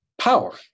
power